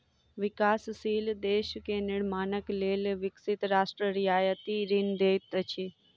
विकासशील देश के निर्माणक लेल विकसित राष्ट्र रियायती ऋण दैत अछि